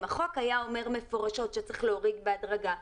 אם החוק היה אומר מפורשות שצריך להוריד בהדרגה,